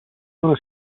nona